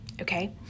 Okay